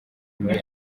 muri